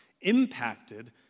impacted